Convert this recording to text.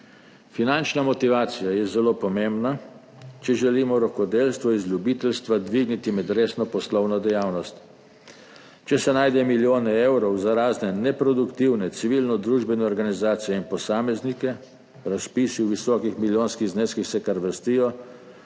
Finančna motivacija je zelo pomembna, če želimo rokodelstvo iz ljubiteljstva dvigniti med resno poslovno dejavnost. Če se najde milijone evrov za razne neproduktivne civilnodružbene organizacije in posameznike, razpisi v visokih milijonskih zneskih se kar vrstijo,